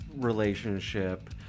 relationship